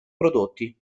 prodotti